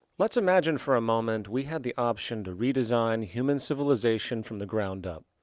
let's imagine for a moment we had the option to redesign human civilization from the ground up.